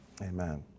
Amen